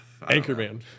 Anchorman